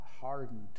hardened